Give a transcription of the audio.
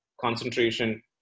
Concentration